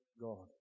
God